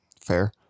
Fair